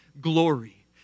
glory